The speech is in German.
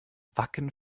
wacken